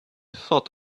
thought